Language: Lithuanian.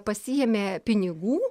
pasiėmė pinigų